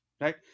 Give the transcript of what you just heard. right